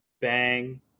Bang